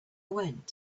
went